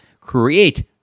Create